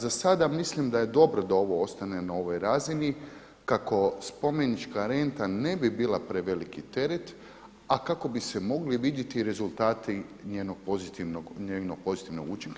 Za sada mislim da je dobro da ovo ostane na ovoj razini kako spomenička renta ne bi bila preveliki teret, a kako bi se mogli vidjeti rezultati njenog pozitivnog učinka.